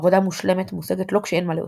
עבודה מושלמת מושגת לא כשאין מה להוסיף,